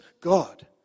God